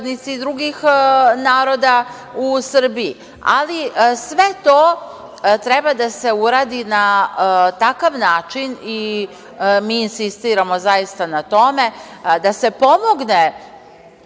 drugih naroda u Srbiji. Ali, sve to treba da se uradi na takav način, i mi insistiramo zaista na tome, da se pomogne